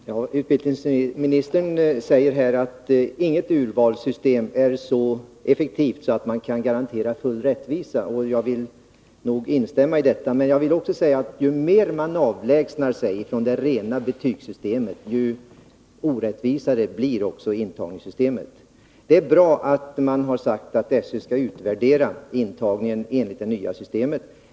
Fru talman! Utbildningsministern säger här att inget urvalssystem är så effektivt att man kan garantera full rättvisa. Jag vill instämma i detta. Men jag vill också säga att ju mer man avlägsnar sig från det rena betygssystemet, desto mer orättvist blir också intagningssystemet. Det är bra att man har sagt att SÖ skall utvärdera intagningen enligt det nya systemet.